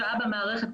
שעה במערכת,